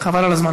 חבל על הזמן.